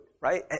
right